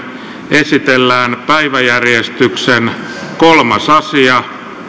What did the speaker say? esitellään päiväjärjestyksen kolmas asia